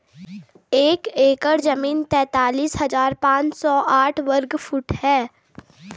एक एकड़ जमीन तैंतालीस हजार पांच सौ साठ वर्ग फुट है